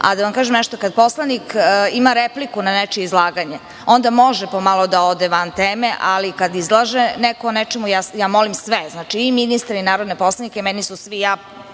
vam kažem nešto, kad poslanik ima repliku na nečije izlaganje, onda može malo da ode van teme, ali kada izlaže neko o nečemu, ja molim sve, znači i ministre i narodne poslanike, prema Poslovniku